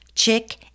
Chick